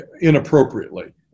Inappropriately